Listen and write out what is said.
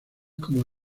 como